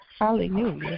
Hallelujah